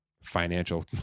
financial